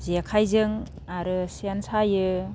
जेखाइजों आरो सेन सायो